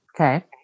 Okay